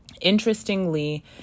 interestingly